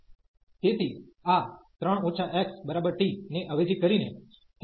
તેથી આ 3 x t ને અવેજી કરીને